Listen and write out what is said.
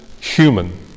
human